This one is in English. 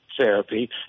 therapy